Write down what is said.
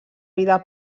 vida